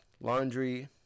laundry